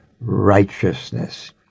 righteousness